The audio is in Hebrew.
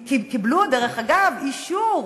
קיבלו, דרך אגב, אישור,